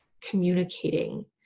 communicating